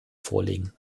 vorlegen